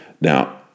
Now